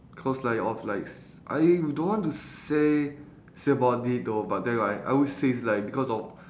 cause like of like s~ I don't want to say say about it though but then right I would say it's like because of